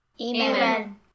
Amen